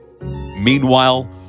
Meanwhile